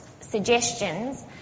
suggestions